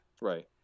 Right